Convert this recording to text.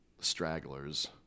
stragglers